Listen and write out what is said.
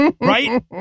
right